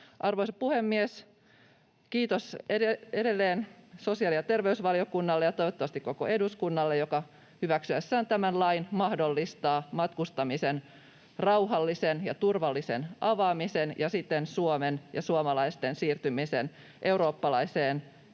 Arvoisa puhemies! Kiitos edelleen sosiaali- ja terveysvaliokunnalle ja toivottavasti koko eduskunnalle, joka hyväksyessään tämän lain mahdollistaa matkustamisen rauhallisen ja turvallisen avaamisen ja siten Suomen ja suomalaisten siirtymisen eurooppalaiseen